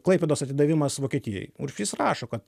klaipėdos atidavimas vokietijai urbšys rašo kad